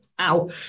Ow